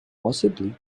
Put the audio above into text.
possibly